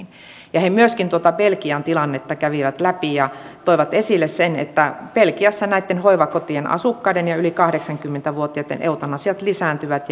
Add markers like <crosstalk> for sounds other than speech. ja he myöskin tuota belgian tilannetta kävivät läpi ja toivat esille sen että belgiassa hoivakotien asukkaiden ja yli kahdeksankymmentä vuotiaitten eutanasiat lisääntyvät <unintelligible>